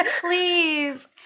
please